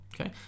okay